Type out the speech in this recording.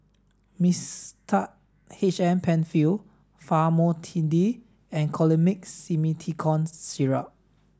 Mixtard H M Penfill Famotidine and Colimix Simethicone Syrup